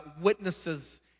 witnesses